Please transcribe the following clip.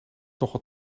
nogal